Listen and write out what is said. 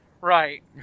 Right